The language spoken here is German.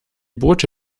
boote